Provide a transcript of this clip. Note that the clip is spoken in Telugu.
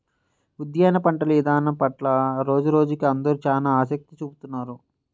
ఉద్యాన పంటల ఇదానం పట్ల రోజురోజుకీ అందరూ చానా ఆసక్తి చూపిత్తున్నారు